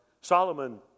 Solomon